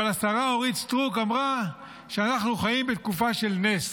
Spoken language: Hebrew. אבל השרה אורית סטרוק אמרה שאנחנו חיים בתקופה של נס.